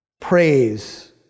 praise